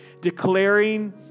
declaring